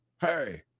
Hey